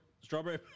Strawberry